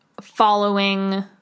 following